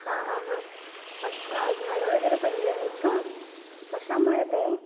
हां हां हां अच्छा झाडं वगैरे पडली आहेत का कशामुळे ते